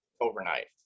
overnight